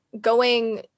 going-